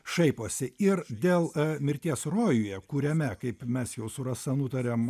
šaiposi ir dėl mirties rojuje kuriame kaip mes jau su rasa nutarėm